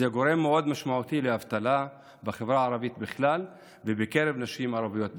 זה גורם מאוד משמעותי לאבטלה בחברה הערבית בכלל ובקרב נשים ערביות בפרט.